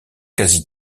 quasi